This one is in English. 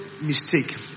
mistake